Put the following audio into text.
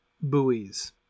buoys